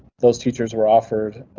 those teachers were offered